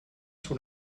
sous